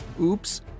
oops